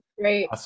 Great